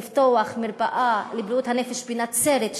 לפתוח מרפאה לבריאות הנפש בנצרת,